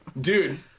Dude